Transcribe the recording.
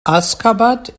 aşgabat